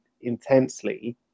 intensely